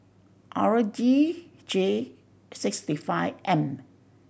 R D J six the five M